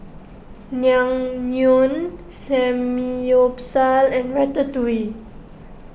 Naengmyeon Samgyeopsal and Ratatouille